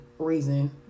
Reason